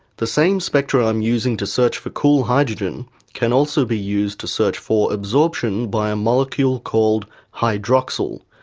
the same spectra i'm using to search for cool hydrogen can also be used to search for absorption by a molecule called hydroxyl,